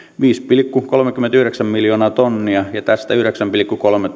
viisi pilkku kolmekymmentäyhdeksän miljoonaa tonnia ja tästä yhdeksän pilkku kolme